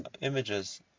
images